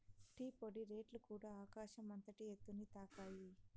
tea పొడి రేట్లుకూడ ఆకాశం అంతటి ఎత్తుని తాకాయి